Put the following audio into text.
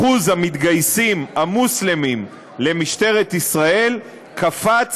אחוז המתגייסים המוסלמים למשטרת ישראל קפץ